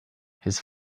his